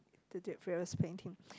to do various painting